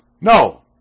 No